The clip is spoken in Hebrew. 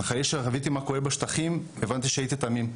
אחרי שחוויתי מה קורה בשטחים הבנתי שהייתי תמים,